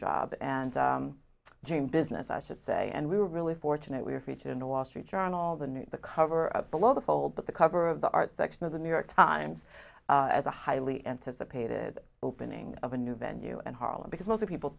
job and dream business i should say and we were really fortunate we're free to you know wall street journal the new the cover below the fold but the cover of the art section of the new york times as a highly anticipated opening of a new venue in harlem because most people